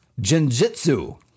Jinjitsu